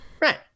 Right